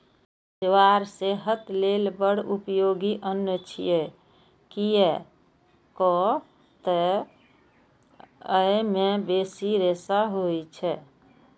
ज्वार सेहत लेल बड़ उपयोगी अन्न छियै, कियैक तं अय मे बेसी रेशा होइ छै